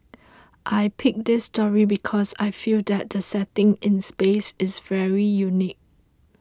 I picked this story because I feel that the setting in space is very unique